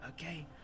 okay